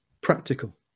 practical